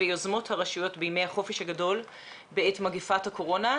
ויוזמות הרשויות בימי החופש הגדול בעת מגפת הקורונה.